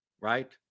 right